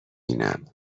بینم